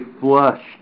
flushed